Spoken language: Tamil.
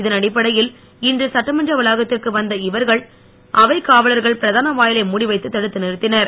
இதனடிப்படையில் இன்று சட்டமன்ற வளாகத்திற்கு வந்த இவர்களை அவைக் காவலர்கள் பிரதான வாயிலை மூடிவைத்து தடுத்து நிறுத்தினர்